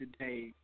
today